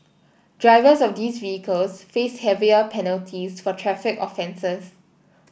drivers of these vehicles face heavier penalties for traffic offences